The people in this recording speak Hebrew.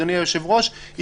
אדוני היושב-ראש,